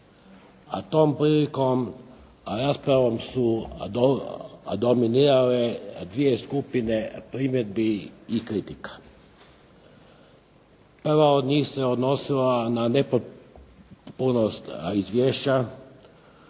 a tom prilikom raspravom su dominirale dvije skupine primjedbi i kritika. Prva od njih se odnosila na nepotpunost izvješća